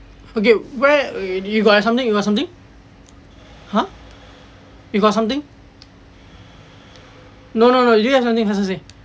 okay where you got something you got something !huh! you got something no no no you have something just say